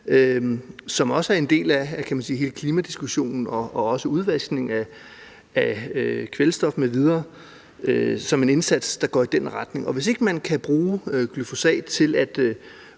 som også er en del af hele klimadiskussionen, og også udvaskning af kvælstof m.v. kan ses som en indsats, der går i den retning. Hvis ikke man kan bruge glyfosat til at